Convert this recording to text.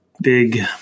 big